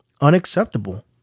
unacceptable